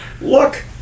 Look